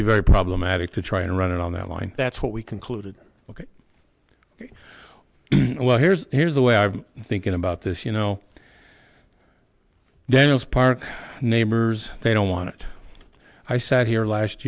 be very problematic to try and run it on that line that's what we concluded ok well here's here's the way i'm thinking about this you know daniel's park neighbors they don't want it i sat here last